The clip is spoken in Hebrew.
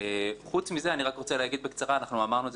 חוץ מזה אני רוצה להגיד בקצרה אמרנו זאת